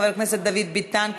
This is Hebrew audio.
חבר הכנסת דוד ביטן,